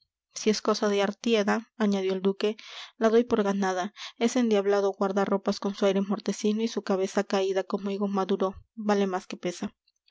si es cosa de artieda añadió el duque la doy por ganada ese endiablado guarda ropas con su aire mortecino y su cabeza caída como higo maduro vale más que pesa